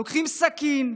לוקחים סכין,